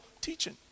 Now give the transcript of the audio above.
teaching